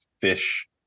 fish